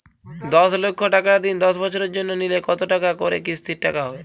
দশ লক্ষ টাকার ঋণ দশ বছরের জন্য নিলে কতো টাকা করে কিস্তির টাকা হবে?